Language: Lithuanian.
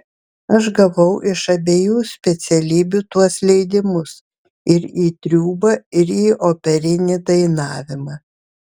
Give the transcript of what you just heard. aš gavau iš abiejų specialybių tuos leidimus ir į triūbą ir į operinį dainavimą